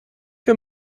für